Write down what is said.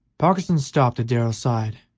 parkinson stopped at darrell's side.